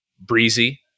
breezy